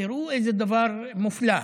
תראו איזה דבר מופלא: